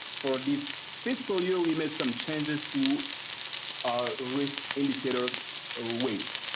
for this fiscal year we made some changes to our ah ah risk indicators weight.